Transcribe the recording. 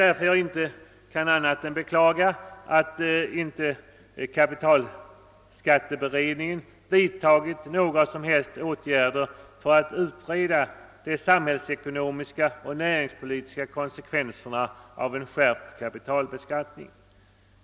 Jag beklagar därför att kapitalskatte beredningen inte vidtagit några som helst åtgärder för att utreda de samhällsekonomiska eller näringspolitiska konsekvenserna av en skärpt kapitalbeskattning.